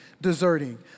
deserting